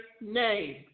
name